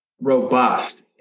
robust